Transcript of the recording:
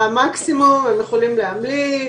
מקסימום הם יכולים להמליץ,